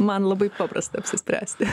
man labai paprasta apsispręsti